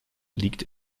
liegt